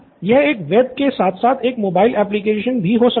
यह एक वेब के साथ साथ एक मोबाइल एप्लिकेशन भी हो सकता है